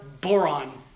boron